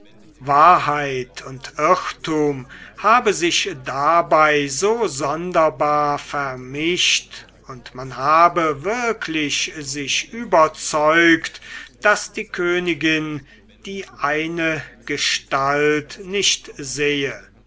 wahrheit und irrtum habe sich dabei so sonderbar vermischt und man habe wirklich sich überzeugt daß die königin die eine gestalt nicht sehe